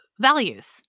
values